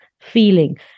feeling